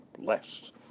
less